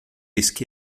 esqui